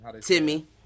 Timmy